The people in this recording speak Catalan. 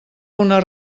una